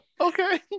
Okay